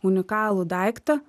unikalų daiktą